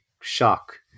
shock